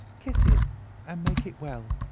kiss it and make it well,